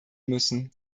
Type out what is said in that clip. müssen